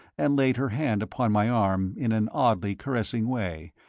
and laid her hand upon my arm in an oddly caressing way,